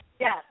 Yes